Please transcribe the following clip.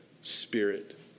spirit